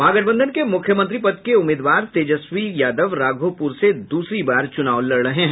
महागठबंधन के मुख्यमंत्री पद के उम्मीदवार तेजस्वी यादव राघोपुर से दूसरी बार चुनाव लड़ रहे हैं